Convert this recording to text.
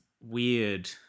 weird